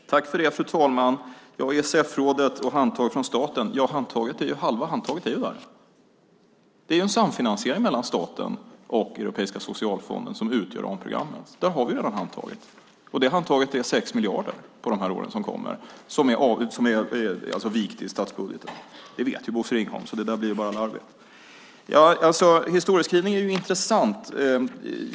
Fru talman! När det gäller ESF-rådet och handtag från staten är halva handtaget där. Det är en samfinansiering mellan staten och Europeiska socialfonden som utgör programmen. Där har vi redan handtaget. Det är på 6 miljarder under de år som kommer. Det är vikt i statsbudgeten. Det vet Bosse Ringholm, så det där blir bara larvigt. Historieskrivning är intressant.